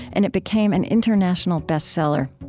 and it became an international bestseller.